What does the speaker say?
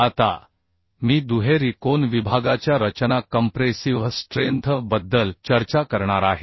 आता मी दुहेरी कोन विभागाच्या रचना कंप्रेसिव्ह स्ट्रेंथ बद्दल चर्चा करणार आहे